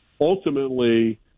Ultimately